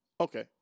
Okay